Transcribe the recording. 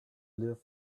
live